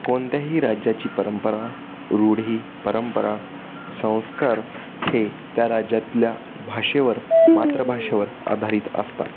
कोणत्याही राज्याची परंपरा रूढी परंपरा संस्कार हे त्या राज्यातल्या भाषेवर मातृभाषेवर आधारित असतात